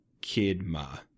Kidma